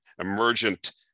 emergent